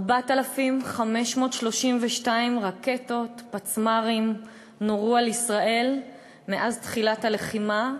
4,532 רקטות ופצמ"רים נורו על ישראל מאז תחילת הלחימה,